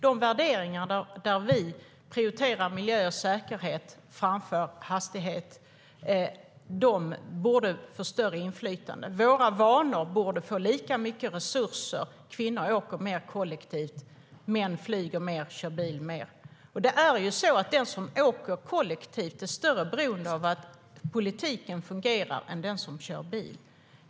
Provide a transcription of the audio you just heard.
De värderingarna - vi prioriterar miljö och säkerhet framför hastighet - borde få större inflytande. När det gäller våra vanor borde vi få lika mycket resurser. Kvinnor åker mer kollektivt. Män flyger och kör bil mer. Den som åker kollektivt är mer beroende av att politiken fungerar än den som kör bil.